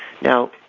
Now